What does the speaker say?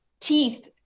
teeth